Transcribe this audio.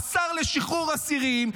-- השר לשחרור אסירים,